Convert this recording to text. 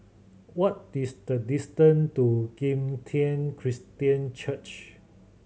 what this the distant to Kim Tian Christian Church